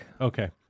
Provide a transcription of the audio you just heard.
Okay